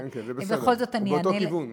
בסדר, זה באותו כיוון.